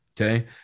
Okay